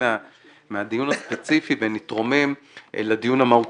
מהדיון הספציפי ונתרומם לדיון המהותי,